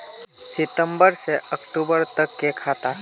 सितम्बर से अक्टूबर तक के खाता?